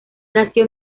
nació